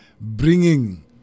bringing